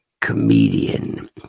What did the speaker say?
comedian